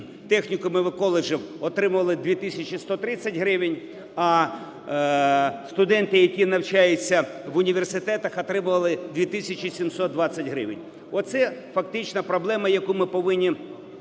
технікумів і коледжів отримували 2 тисячі 130 гривень, а студенти, які навчаються в університетах, отримували 2 тисячі 720 гривень. Оце фактично проблема, яку ми повинні